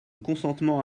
consentement